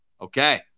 Okay